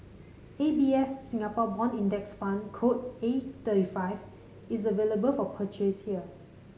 A B F Singapore Bond Index Fund code A thirty five is available for purchase here